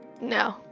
no